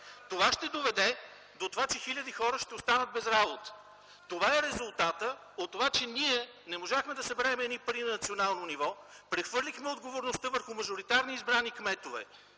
Ще доведе до това, че хиляди хора ще останат без работа. Това е резултатът от това, че ние не можахме да съберем едни пари на национално ниво, прехвърлихме отговорността върху мажоритарно избрани кметове.